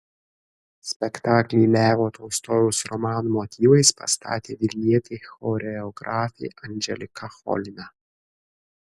spektaklį levo tolstojaus romano motyvais pastatė vilnietė choreografė anželika cholina